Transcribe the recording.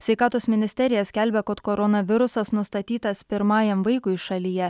sveikatos ministerija skelbia kad koronavirusas nustatytas pirmajam vaikui šalyje